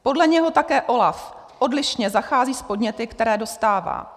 Podle něho také OLAF odlišně zachází s podněty, které dostává.